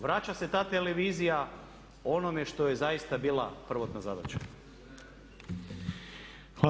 Vraća se ta televizija onome što je zaista bila prvotna zadaća.